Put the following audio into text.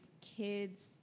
kids